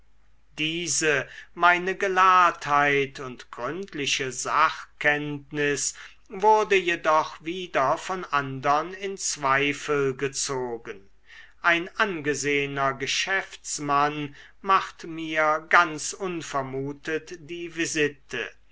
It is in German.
diese meine gelahrtheit und gründliche sachkenntnis wurde jedoch wieder von andern in zweifel gezogen ein angesehener geschäftsmann macht mir ganz unvermutet die visite